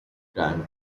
grand